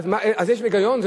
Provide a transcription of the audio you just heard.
אז יש פה היגיון?